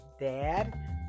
dad